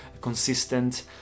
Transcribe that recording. consistent